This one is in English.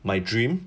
my dream